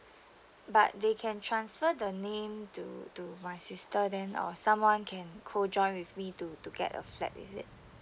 but they can transfer the name to to my sister then or someone can co joint with me to to get a flat is it